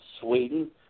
Sweden